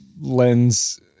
lens